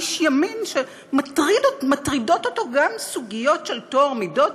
איש ימין שמטרידות אותו גם סוגיות של טוהר מידות,